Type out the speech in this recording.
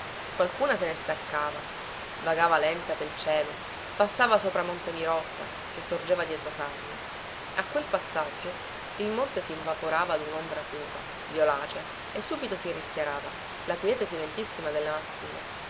qualcuna se ne staccava vagava lenta pel cielo passava sopra monte mirotta che sorgeva dietro farnia a quel passaggio il monte sinvaporava dunombra cupa violacea e subito si rischiarava la quiete silentissima della mattina